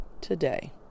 today